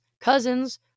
cousins